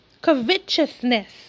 covetousness